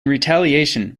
retaliation